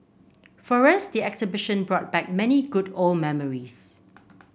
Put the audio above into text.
for us the exhibition brought back many good old memories